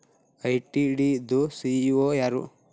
ITD ದು CEO ಯಾರು?